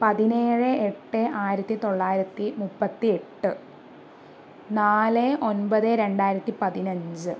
പതിനേഴ് എട്ട് ആയിരത്തി തൊള്ളായിരത്തി മുപ്പത്തി എട്ട് നാല് ഒൻപത് രണ്ടായിരത്തി പതിനഞ്ച്